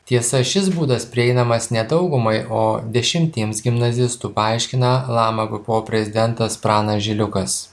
tiesa šis būdas prieinamas ne daugumai o dešimtiems gimnazistų paaiškina lama bpo prezidentas pranas žiliukas